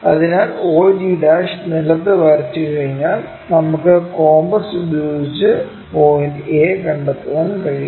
അതിനാൽ og' നിലത്ത് വരച്ചുകഴിഞ്ഞാൽ നമുക്ക് കോമ്പസ് ഉപയോഗിച്ച് പോയിന്റ് a കണ്ടെത്താൻ കഴിയും